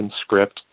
script